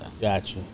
Gotcha